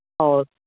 ꯑꯧ